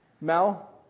Mel